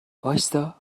وایستا